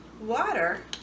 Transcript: water